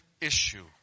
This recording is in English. issue